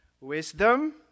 Wisdom